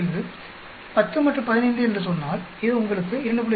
05 10 மற்றும் 15 என்று சொன்னால்இது உங்களுக்கு 2